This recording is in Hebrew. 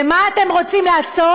ומה אתם רוצים לעשות?